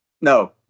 No